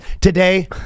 Today